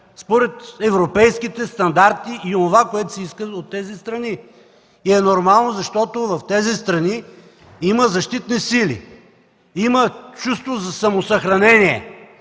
според европейските стандарти, и онова, което се иска от тези страни. И е нормално, защото в тези страни има защитни сили, има чувство за самосъхранение,